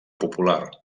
popular